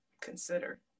consider